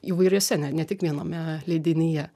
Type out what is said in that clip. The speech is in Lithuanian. įvairiuose ne ne tik viename leidinyje